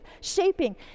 shaping